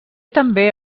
també